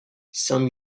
some